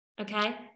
okay